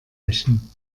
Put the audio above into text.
rächen